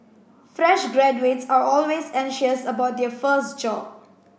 fresh graduates are always anxious about their first job